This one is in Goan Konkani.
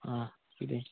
आं किदें